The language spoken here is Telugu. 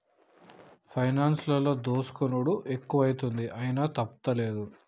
పైనాన్సులల్ల దోసుకునుడు ఎక్కువైతంది, అయినా తప్పుతలేదు